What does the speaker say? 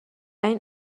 این